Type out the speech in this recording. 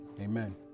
Amen